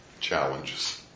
challenges